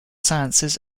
sciences